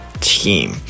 team